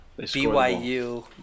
BYU